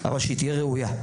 אבל שהיא תהיה ראויה.